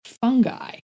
fungi